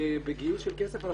בגיוס של כסף.